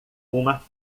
uma